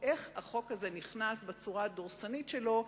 איך החוק הזה נכנס בצורה הדורסנית שלו,